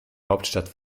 hauptstadt